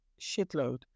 shitload